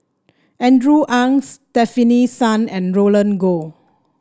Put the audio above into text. Andrew Ang Stefanie Sun and Roland Goh